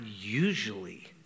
usually